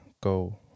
go